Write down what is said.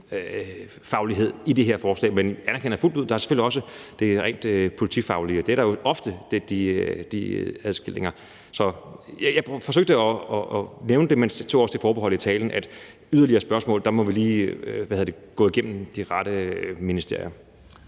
sundhedsfaglighed i det her forslag. Men jeg anerkender fuldt ud, at der også er det rent politifaglige. Der er jo ofte de opdelinger. Jeg forsøgte at nævne det, men tog også det forbehold i talen, at i forhold til yderligere spørgsmål må vi lige gå igennem de rette ministerier.